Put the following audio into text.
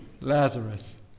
Lazarus